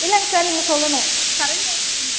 இல்லைங்க சார் நீங்கள் சொல்லணும்